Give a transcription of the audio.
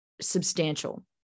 substantial